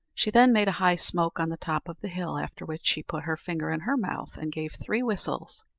she then made a high smoke on the top of the hill after which she put her finger in her mouth, and gave three whistles,